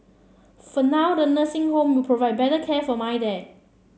for now the nursing home will provide better care for my dad